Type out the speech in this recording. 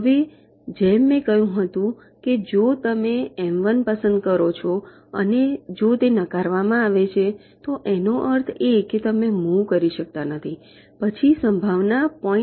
હવે જેમ મેં પહેલા કહ્યું હતું કે જો તમે એમ 1 પસંદ કરો છો અને જો તે નકારવામાં આવે છે તેનો અર્થ એ કે તમે તેને મુવ કરી શકતા નથી પછી સંભાવના 0